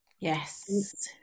Yes